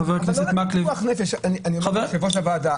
חבר הכנסת מקלב --- יושב ראש הוועדה,